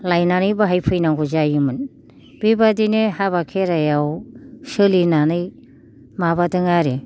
लायनानै बाहायफैनांगौ जायोमोन बिबादिनो हाबा खेराइआव सोलिनानै माबादों आरो